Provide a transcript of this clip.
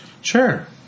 Sure